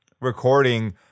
recording